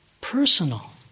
personal